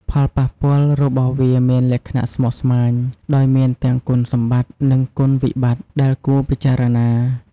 ផលប៉ះពាល់របស់វាមានលក្ខណៈស្មុគស្មាញ ដោយមានទាំង គុណសម្បត្តិ និងគុណវិបត្តិ ដែលគួរពិចារណា។